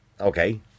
Okay